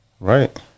Right